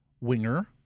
winger